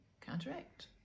counteract